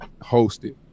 hosted